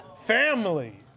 Family